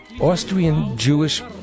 Austrian-Jewish